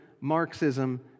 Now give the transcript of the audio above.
Marxism